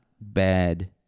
bad